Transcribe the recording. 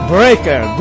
Breaker